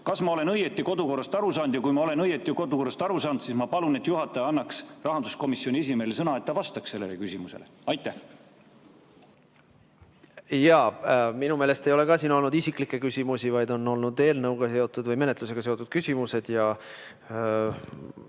Kas ma olen õigesti kodukorrast aru saanud? Kui ma olen õigesti kodukorrast aru saanud, siis ma palun, et juhataja annaks rahanduskomisjoni esimehele sõna, et ta vastaks sellele küsimusele. Jaa, minu meelest ei ole ka siin olnud isiklikke küsimusi, vaid on olnud eelnõuga seotud või menetlusega seotud küsimused.